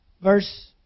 verse